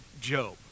Job